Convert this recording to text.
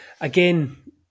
Again